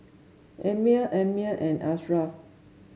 Ammir Ammir and Ashraff